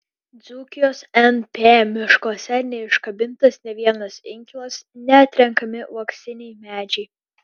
dzūkijos np miškuose neiškabintas nė vienas inkilas neatrenkami uoksiniai medžiai